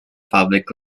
public